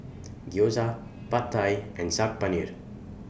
Gyoza Pad Thai and Saag Paneer